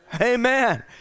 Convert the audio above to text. amen